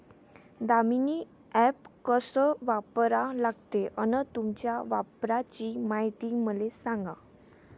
Damini app कस वापरा लागते? अन त्याच्या वापराची मायती मले सांगा